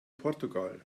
portugal